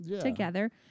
together